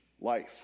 life